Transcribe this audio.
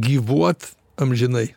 gyvuot amžinai